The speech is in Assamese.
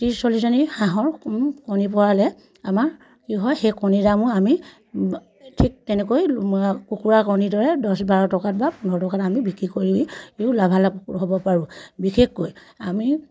ত্ৰিছ চল্লিছজনী হাঁহৰ কণী পৰালে আমাৰ কি হয় সেই কণীৰ দামো আমি ঠিক তেনেকৈ কুকুৰা কণীৰ দৰে দছ বাৰ টকাত বা পোন্ধৰ টকাত আমি বিক্ৰী কৰিও লাভালাভ হ'ব পাৰোঁ বিশেষকৈ আমি